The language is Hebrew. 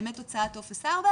של באמת הוצאת טופס 4,